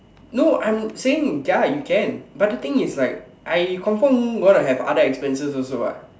no I'm saying ya you can but the thing is like I confirm gonna have other expenses also what